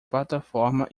plataforma